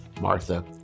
Martha